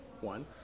one